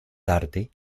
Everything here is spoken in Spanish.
tarde